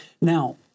Now